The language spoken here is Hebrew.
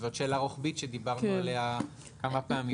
זאת שאלה רוחבית שדיברנו עליה כמה פעמים.